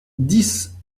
dix